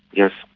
yes.